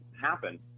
happen